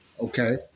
Okay